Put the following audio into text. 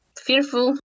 fearful